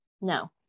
No